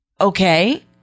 okay